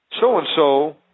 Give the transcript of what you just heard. so-and-so